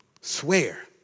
swear